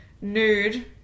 nude